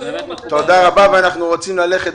אנחנו רוצים ללכת